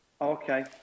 Okay